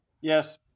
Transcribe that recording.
Yes